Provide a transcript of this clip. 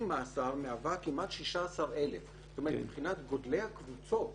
מאסר היא כמעט 16,000. זאת אומרת מבחינת גודל הקבוצות